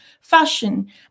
fashion